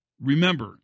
Remember